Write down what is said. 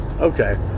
okay